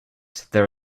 there